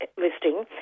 listing